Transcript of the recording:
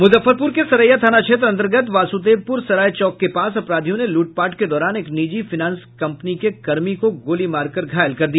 मुजफ्फरपुर के सरैया थाना क्षेत्र अंतर्गत वासुदेवपुर सराय चौक के पास अपराधियों ने लूटपाट के दौरान एक निजी फायनांस कंपनी के कर्मी को गोली मारकर घायल कर दिया